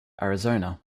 arizona